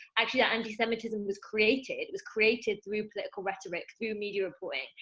actually that anti-semitism was created, it was created through political rhetoric, through media reporting.